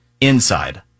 inside